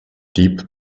deep